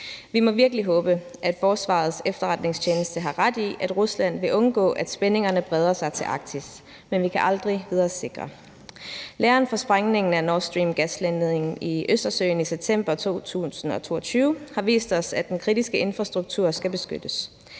Vi må virkelig håbe, at Forsvarets Efterretningstjeneste har ret i, at Rusland vil undgå, at spændingerne breder sig til Arktis, men vi kan aldrig vide os sikre. Læren fra sprængningen af Nordstreamgasledningen i Østersøen i september 2022 har vist os, at den kritiske infrastruktur skal beskyttes.